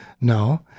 No